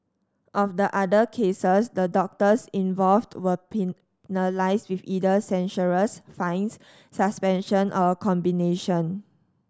of the other cases the doctors involved were penalised with either censures fines suspension or a combination